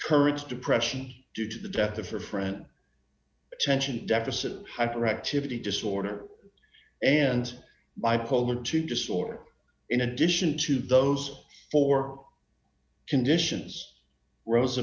courage depression due to the death of her friend attention deficit hyperactivity disorder and bipolar two disorder in addition to those four conditions ros